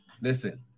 Listen